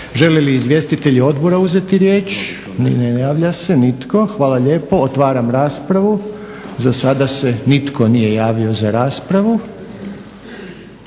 Žele li izvjestitelji odbora uzeti riječ? Ne javlja se nitko. Hvala lijepo. Otvaram raspravu. Za sada se nitko nije javio za raspravu.